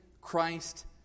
Christ